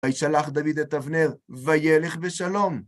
וישלח דוד את אבנר, וילך בשלום.